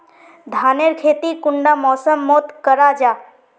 धानेर खेती कुंडा मौसम मोत करा जा?